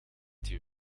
die